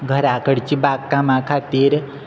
घराकडची बाग कामां खातीर